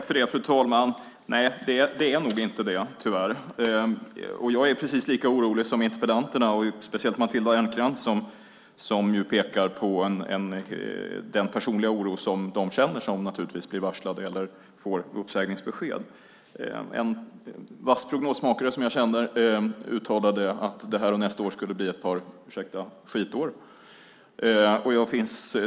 Fru talman! Nej, det är nog inte det, tyvärr, och jag är precis lika orolig som interpellanterna, speciellt Matilda Ernkrans, som pekar på den personliga oro som de som blir varslade eller får uppsägningsbesked naturligtvis känner. En vass prognosmakare som jag känner uttalade att detta och nästa år skulle bli ett par - ursäkta uttrycket - skitår.